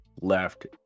left